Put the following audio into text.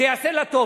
זה יעשה לה טוב.